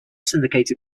syndicated